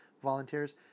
volunteers